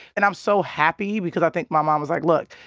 and i'm so happy because i think my mom was like, look,